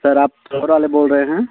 sir आप flower वाले बोल रहे हैं